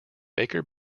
baker